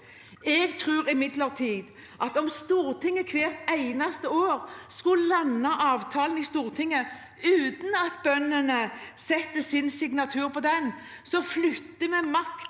Jeg tror imidlertid at om Stortinget hvert eneste år skal lande avtalen i Stortinget uten at bøndene setter sin signatur på den, flytter vi makt